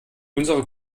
unsere